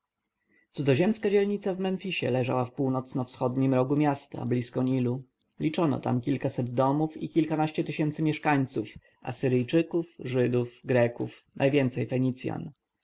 najgorsze daktyle cudzoziemska dzielnica w memfisie leżała w północno-wschodnim rogu miasta blisko nilu liczono tam kilkaset domów i kilkanaście tysięcy mieszkańców asyryjczyków żydów greków najwięcej